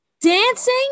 Dancing